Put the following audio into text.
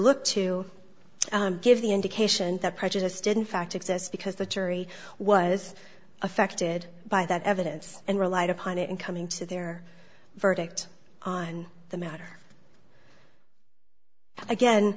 look to give the indication that prejudiced in fact exists because the jury was affected by that evidence and relied upon it in coming to their verdict on the matter again